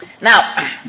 Now